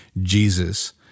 Jesus